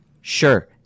Sure